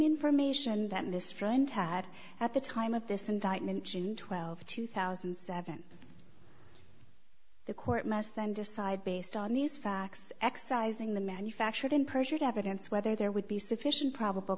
information that this friend had at the time of this indictment june twelfth two thousand and seven the court must then decide based on these facts exercising the manufactured in perjured evidence whether there would be sufficient probable